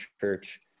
church